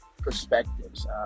perspectives